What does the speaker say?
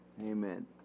Amen